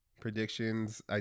Predictions